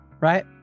right